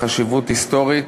חשיבות היסטורית.